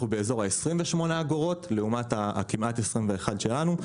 אנחנו באזור ה-28 אגורות, לעומת הכמעט 21 שלנו.